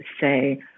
say